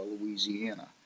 Louisiana